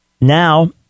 Now